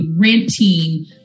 renting